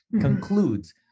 concludes